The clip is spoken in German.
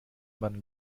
man